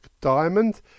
Diamond